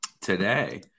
today